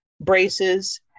braces